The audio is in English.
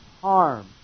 harm